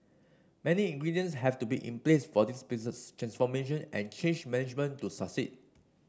many ingredients have to be in place for this business transformation and change management to succeed